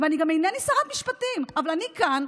ואני גם אינני שרת משפטים, אבל אני כאן.